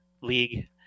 league